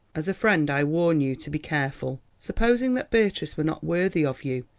as a friend i warn you to be careful. supposing that beatrice were not worthy of you,